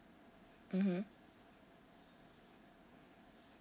mmhmm